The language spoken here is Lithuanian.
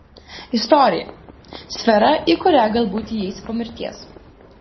istorija sfera į kurią galbūt įeisi po mirties